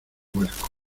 vuelco